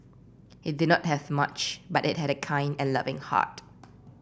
he did not have much but he had a kind and loving heart